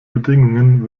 bedingungen